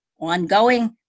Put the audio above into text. ongoing